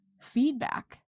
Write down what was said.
feedback